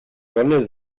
sonne